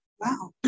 Wow